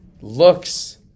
looks